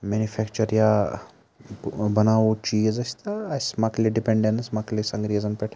manufacture یا ٲں بَناوو چیٖز أسۍ تہٕ اسہِ مۄکلہِ ڈِپیٚنڈیٚنٕس مۄکلہِ اسہِ انٛگریٖزَن پٮ۪ٹھ